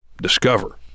discover